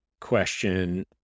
question